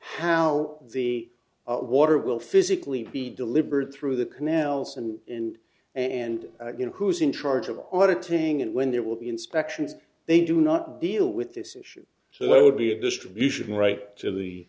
how the water will physically be deliberate through the canals and and and you know who's in charge of audit thing and when there will be inspections they do not deal with this issue so there would be a distribution right to the